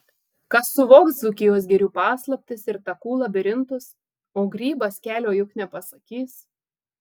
kas suvoks dzūkijos girių paslaptis ir takų labirintus o grybas kelio juk nepasakys